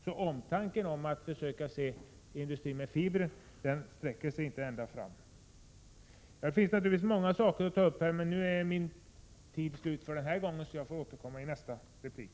Omtanken när det gäller att försöka förse industrin med fibrer sträcker sig inte ända fram. Det finns naturligtvis många saker att ta upp här, men nu är tiden slut för den här gången, så jag får återkomma i nästa replik.